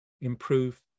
improve